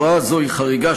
הוראה זאת היא חריגה,